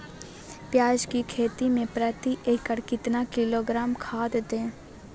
प्याज की खेती में प्रति एकड़ कितना किलोग्राम खाद दे?